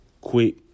quick